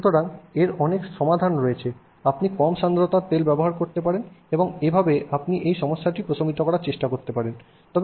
সুতরাং এর অনেক সমাধান রয়েছে আপনি কম সান্দ্রতার তেল ব্যবহার করতে পারেন এবং এভাবে আপনি এই সমস্যাটি প্রশমিত করার চেষ্টা করতে পারেন